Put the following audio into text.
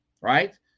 right